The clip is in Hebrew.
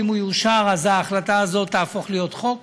שאם הוא יאושר אז ההחלטה הזאת תהפוך להיות חוק.